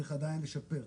צריך עדיין לשפר,